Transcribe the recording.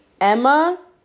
Emma